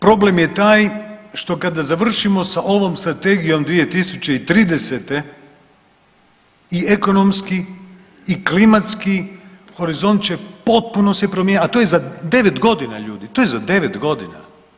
Problem je taj što kada završimo sa ovom strategijom 2030. i ekonomski i klimatski horizont će potpuno se promijeniti, a to je 9 godina ljudi, to je za 9 godina.